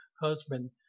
husband